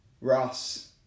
Russ